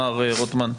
מר רוטמן,